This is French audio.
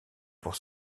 pour